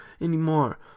anymore